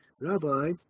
rabbi